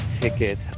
ticket